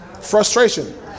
Frustration